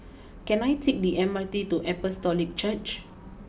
can I take the M R T to Apostolic Church